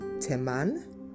Teman